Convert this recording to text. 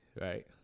right